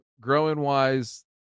growing-wise